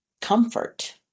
comfort